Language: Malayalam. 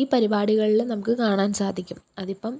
ഈ പരിപാടികളിൽ നമുക്ക് കാണാൻ സാധിക്കും അതിപ്പം